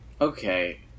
okay